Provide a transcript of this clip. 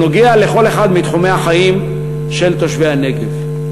שנוגע לכל אחד מתחומי החיים של תושבי הנגב.